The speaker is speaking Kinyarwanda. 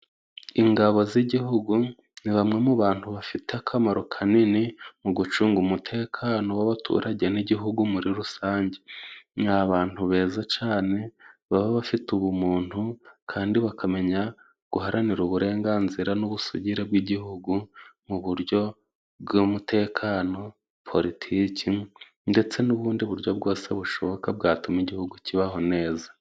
Ingabo z'igihugu, ni bamwe mu bantu bafite akamaro kanini, mu gucunga umutekano w'abaturage n'igihugu muri rusange . Ni abantu beza cane, baba bafite ubumuntu, kandi bakamenya guharanira uburenganzira n'ubusugire bw'igihugu, mu buryo bw'umutekano, politiki, ndetse n'ubundi buryo bwose bushoboka, bwatuma igihugu kibaho neza.